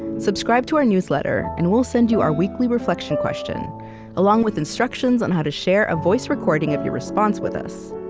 subscribe to our newsletter, and we'll send you our weekly reflection question along with instructions on how to share a voice recording of your response with us.